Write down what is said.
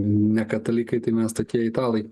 ne katalikai tai mes tokie italai